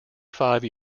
five